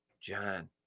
John